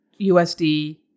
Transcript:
USD